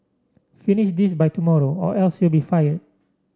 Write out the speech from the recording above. finish this by tomorrow or else you'll be fired